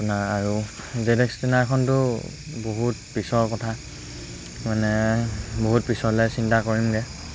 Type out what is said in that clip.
আপোনাৰ আৰু Z X ten R খনতো বহুত পিছৰ কথা মানে বহুত পিছলৈ চিন্তা কৰিমগৈ